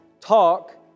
talk